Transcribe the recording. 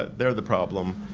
they're the problem,